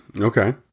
Okay